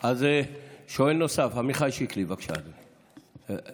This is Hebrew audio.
אז שואל נוסף, עמיחי שיקלי, בבקשה, אדוני.